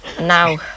Now